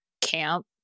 camp